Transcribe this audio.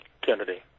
Kennedy